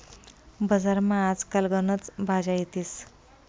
बजारमा आज काल गनच भाज्या येतीस